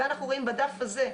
ואנחנו רואים בדף הזה,